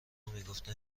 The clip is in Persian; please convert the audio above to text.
میگفتن